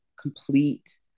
complete